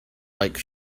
like